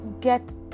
get